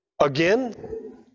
again